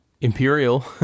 imperial